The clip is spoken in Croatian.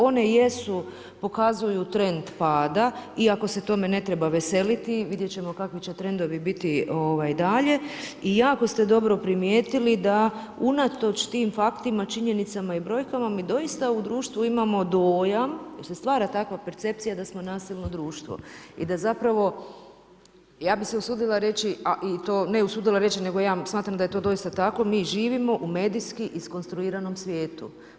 One pokazuju trend pada iako se tome ne treba veseliti, vidjet ćemo kakvi će trendovi biti dalje i jako ste dobro primijetili da unatoč tim faktima, činjenicama i brojkama mi doista u društvu imamo dojam jer se stvara takva percepcija da smo nasilno društvo i da zapravo ja bi se usudila reći, ne usudila reći, nego ja smatram da je to doista tako, mi živimo u medijski iskonstruiranom svijetu.